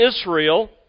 Israel